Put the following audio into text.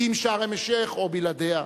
עם שארם-א-שיח' או בלעדיה?